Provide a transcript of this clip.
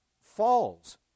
falls